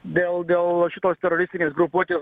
dėl dėl va šitos teroristinės grupuotės